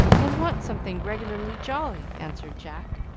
and want something regularly jolly, answered jack,